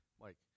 Mike